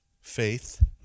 faith